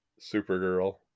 Supergirl